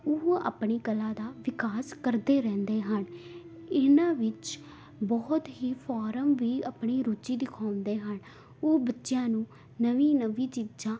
ਉਹ ਆਪਣੀ ਕਲਾ ਦਾ ਵਿਕਾਸ ਕਰਦੇ ਰਹਿੰਦੇ ਹਨ ਇਹਨਾਂ ਵਿੱਚ ਬਹੁਤ ਹੀ ਫੋਰਮ ਵੀ ਆਪਣੀ ਰੁਚੀ ਦਿਖਾਉਂਦੇ ਹਨ ਉਹ ਬੱਚਿਆਂ ਨੂੰ ਨਵੀਆਂ ਨਵੀਆਂ ਚੀਜ਼ਾਂ